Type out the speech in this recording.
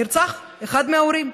נרצח אחד מההורים.